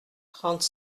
trente